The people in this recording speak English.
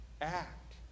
act